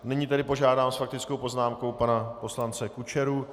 Nyní tedy požádám s faktickou poznámkou pana poslance Kučeru.